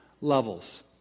levels